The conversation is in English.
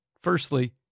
Firstly